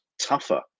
tougher